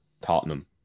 Tottenham